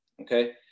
okay